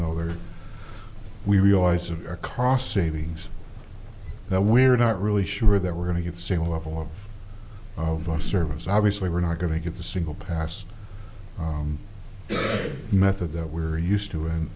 though there we realize of our cost savings that we're not really sure that we're going to get the same level of of our services obviously we're not going to get the single pass method that we're used to and